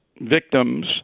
victims